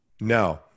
No